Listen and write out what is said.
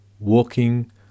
walking